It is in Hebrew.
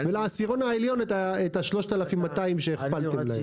ולעשירון העליון 3,200 שהכפלתם להם.